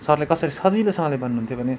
सरले कसरी सजिलैसँगले भन्नुहुन्थ्यो भने